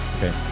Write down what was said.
Okay